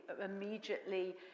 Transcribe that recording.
immediately